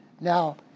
Now